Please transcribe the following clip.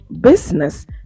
business